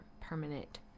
permanent